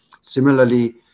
Similarly